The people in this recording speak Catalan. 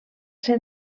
ser